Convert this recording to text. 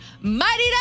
Mighty